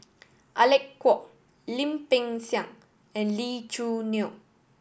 Alec Kuok Lim Peng Siang and Lee Choo Neo